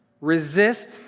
Resist